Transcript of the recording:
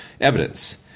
evidence